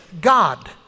God